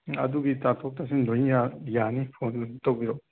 ꯑꯗꯨꯒꯤ ꯇꯥꯊꯣꯛ ꯇꯥꯁꯤꯟ ꯂꯣꯏꯅ ꯌꯥ ꯌꯥꯅꯤ ꯐꯣꯟ ꯑꯗꯨꯝ ꯇꯧꯕꯤꯔꯛꯑꯣ